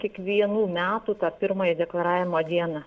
kiekvienų metų tą pirmąją deklaravimo dieną